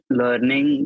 learning